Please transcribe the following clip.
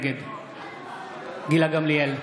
נגד גילה גמליאל,